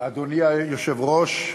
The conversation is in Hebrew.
היושב-ראש,